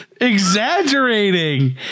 exaggerating